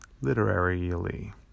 Literarily